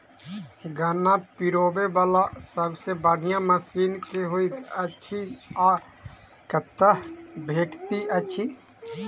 गन्ना पिरोबै वला सबसँ बढ़िया मशीन केँ होइत अछि आ कतह भेटति अछि?